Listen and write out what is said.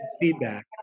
feedback